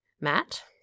Matt